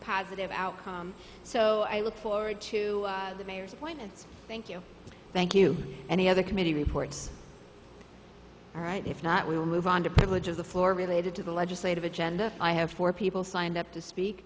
positive outcome so i look forward to the mayor's point and thank you thank you any other committee reports all right if not we'll move on to privilege of the floor related to the legislative agenda i have for people signed up to speak